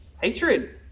Hatred